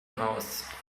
house